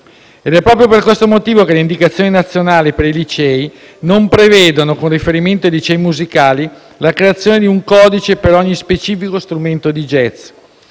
Ed è proprio per questo motivo che le indicazioni nazionali per i licei non prevedono, con riferimento ai licei musicali, la creazione di un codice per ogni specifico strumento di jazz,